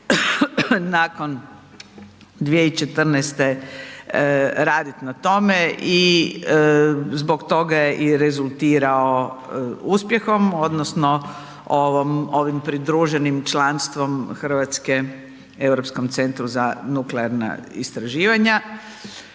nakon 2014. raditi na tome i zbog toga je i rezultirao uspjehom odnosno ovim pridruženim članstvom Hrvatske Europskom centru za nuklearna istraživanja.